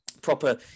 proper